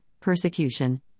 persecution